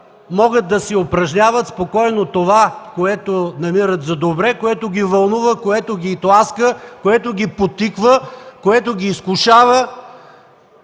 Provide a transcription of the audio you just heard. могат да си упражняват спокойно това, което намират за добре, което ги вълнува, което ги тласка, което ги подтиква, което ги изкушава,